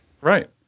Right